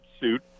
suit